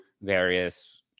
various